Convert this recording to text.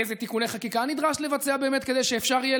אילו תיקוני חקיקה נדרש לבצע כדי שאפשר יהיה